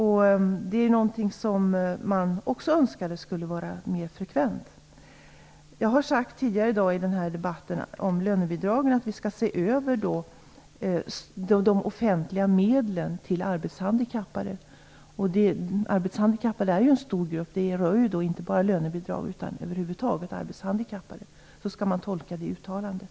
Det är något som man önskade skulle vara mer frekvent. Jag har tidigare här i dag i debatten om lönebidragen sagt att vi skall se över de offentliga medlen till arbetshandikappade, som ju är en stor grupp. Det rör inte bara lönebidrag, utan över huvud taget arbetshandikappade. Så skall man tolka det uttalandet.